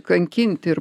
kankint ir